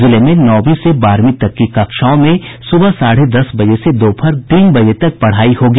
जिले में नौंवी से बारहवीं तक की कक्षाओं में सुबह साढ़े दस बजे से दोपहर तीन बजे तक पढ़ाई होगी